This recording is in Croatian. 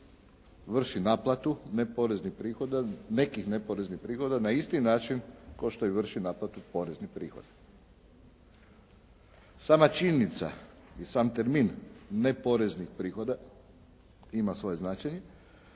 vrši naplatu nekih neporeznih prihoda na isti način kao što i vrši naplatu poreznih prihoda. Sama činjenica i sam termin neporeznih prihoda ima svoje značenje.